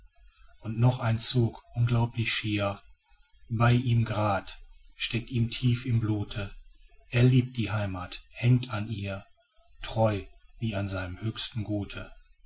und noch ein zug unglaublich schier bei ihm grad steckt ihm tief im blute er liebt die heimat hängt an ihr treu wie an seinem höchsten gute